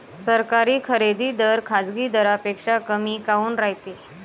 सरकारी खरेदी दर खाजगी दरापेक्षा कमी काऊन रायते?